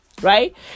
Right